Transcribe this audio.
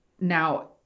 Now